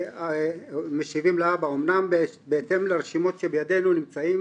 שמשיבים לאבא: 'אמנם בהתאם לרשימות שבידינו נמצאות